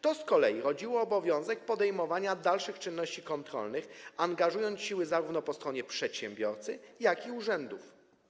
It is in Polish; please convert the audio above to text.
To z kolei rodziło obowiązek podejmowania dalszych czynności kontrolnych, angażując siły zarówno po stronie przedsiębiorcy, jak i urzędów.